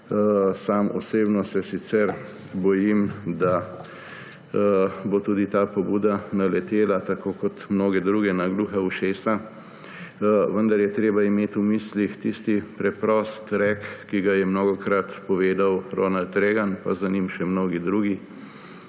Sam osebno se sicer bojim, da bo tudi ta pobuda naletela, tako kot mnoge druge, na gluha ušesa. Vendar je treba imeti v mislih tisti preprosti rek, ki ga je mnogokrat povedal Ronald Reagan in za njim še mnogi drugi: